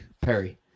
Perry